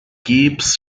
keeps